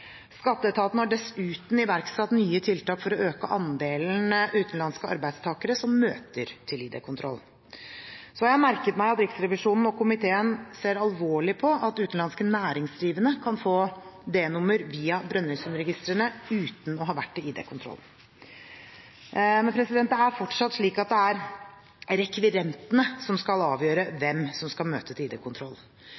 Skatteetaten har dessuten iverksatt nye tiltak for å øke andelen utenlandske arbeidstakere som møter til ID-kontroll. Så har jeg merket meg at Riksrevisjonen og komiteen ser alvorlig på at utenlandske næringsdrivende kan få D-nummer via Brønnøysundregistrene uten å ha vært til ID-kontroll. Det er fortsatt slik at det er rekvirentene som skal avgjøre